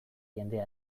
jendea